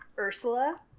Ursula